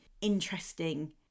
interesting